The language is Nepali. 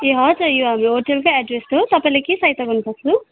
ए हजुर यो हाम्रो होटेलको एड्रेस हो तपाईँलाई के सहायता गर्न सक्छु